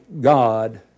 God